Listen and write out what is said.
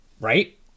Right